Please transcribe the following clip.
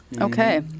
okay